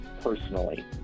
personally